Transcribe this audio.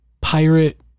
pirate